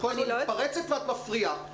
את כל הזמן מתפרצת ואת מפריעה.